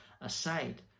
aside